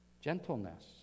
Gentleness